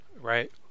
right